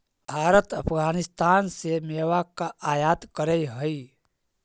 भारत अफगानिस्तान से मेवा का आयात करअ हई